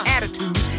Attitude